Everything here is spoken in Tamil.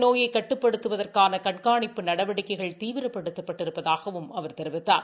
நோயை கட்டுப்படுத்துவதற்கான கண்காணிப்பு நடவடிக்கைகள் தீவிரப்படுத்தப் இந்த பட்டிருப்பதாகவும் அவர் தெரிவித்தார்